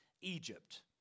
Egypt